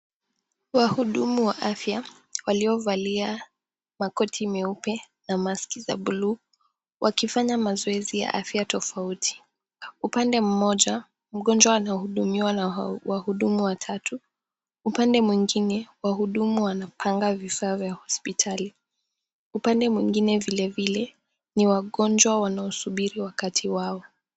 Wahudumu wa afya waliovalia makoti meupe na masiki za bluu. Wakifanya mazoezi ya afya tofauti. Na upande mmoja, mgonjwa anahudumiwa na hao wahudumu watatu, upande mwingine wahudumu wanapanga vifaa vya hospitali. Upande mwingine vile vile ni wagonjwa wanaosubiri wakati wao.